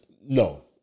no